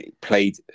played